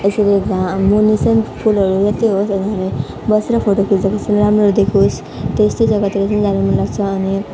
यसरी मुनि चाहिँ फुलहरू मात्रै होस् अनि बसेर फोटो खिच्दाखेरि चाहिँ राम्रो देखियोस् त्यस्तै जग्गातिर चाहिँ जान मनलाग्छ अनि